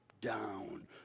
Down